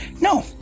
No